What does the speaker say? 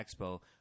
Expo